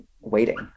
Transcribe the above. waiting